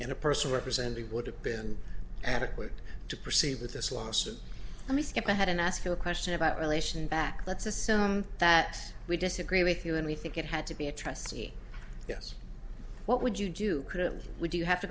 and a person represented would have been adequate to proceed with this lawsuit let me skip ahead and ask you a question about relation back let's assume that we disagree with you and we think it had to be a trustee yes what would you do couldn't we do you have to